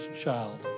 child